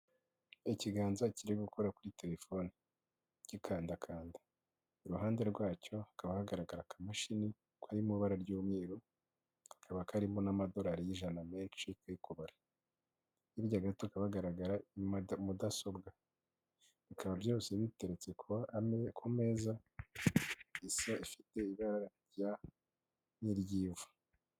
Ikiganza kiri gukora kuri telefoni gikandakanda, iruhande rwacyo hakaba hagaragara akamashini kamo ibara ry'umweru kakaba karimo n'amadorari y'ijana menshi bari kubara hiryaga tuka hagaragara mudasobwa bikaba byose biteretse kuba amen ku meza isa ifite ibara risa nk'iry'ivu.